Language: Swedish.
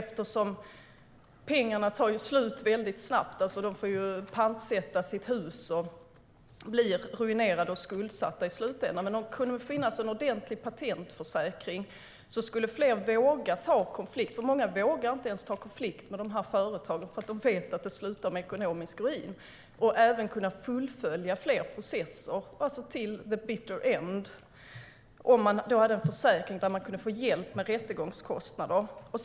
För pengarna tar slut väldigt snabbt, och uppfinnaren får pantsätta sitt hus och blir ruinerad och skuldsatt i slutändan. Om det fanns en ordentlig patentförsäkring skulle dock fler våga ta en konflikt. Många vågar inte ta en konflikt med företagen, för de vet att det slutar med ekonomisk ruin. Om man hade en försäkring där man kan få hjälp med rättegångskostnader skulle fler processer kunna fullföljas till the bitter end.